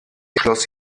schloss